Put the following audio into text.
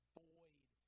void